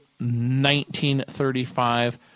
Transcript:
1935